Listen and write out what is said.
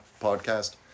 podcast